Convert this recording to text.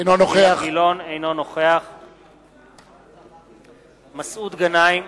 אינו נוכח מסעוד גנאים,